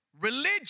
religion